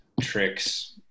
tricks